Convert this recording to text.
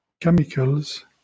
chemicals